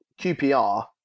QPR